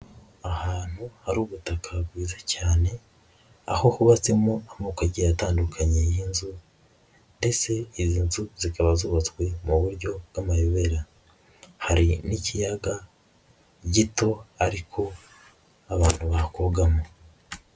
Ahantu hari ubutaka bwiza cyane, aho hubatsemo amoko agiye atandukanye y'inzu ndetse izo nzu zikaba zubatswe mu buryo bw'amayobera, hari n'ikiyaga gito ariko abantu bakogamo.